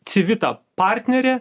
civitta partnerė